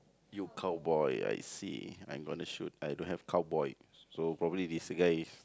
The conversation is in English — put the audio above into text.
you cowboy I see I'm gonna shoot I don't have cowboy so probably this guy is